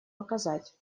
оказать